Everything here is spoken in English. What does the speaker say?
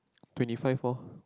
twenty five four